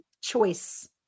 choice